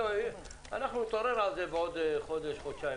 א' בחשוון התשפ"א.